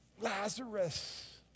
Lazarus